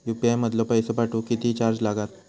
UPI मधलो पैसो पाठवुक किती चार्ज लागात?